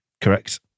Correct